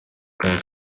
queen